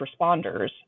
responders